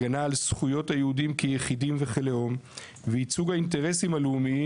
הגנה על זכויות היהודים כיחידים וכלאום וייצוג האינטרסים הלאומיים,